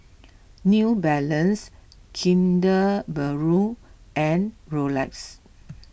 New Balance Kinder Bueno and Rolex